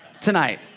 tonight